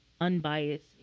unbiased